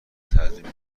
تضمین